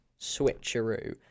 switcheroo